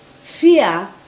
fear